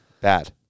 Bad